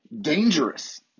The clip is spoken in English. dangerous